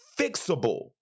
fixable